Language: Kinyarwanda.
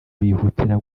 bihutira